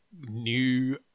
new